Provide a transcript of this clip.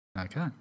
Okay